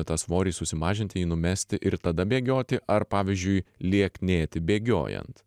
tą svorį susimažinti jį numesti ir tada bėgioti ar pavyzdžiui lieknėti bėgiojant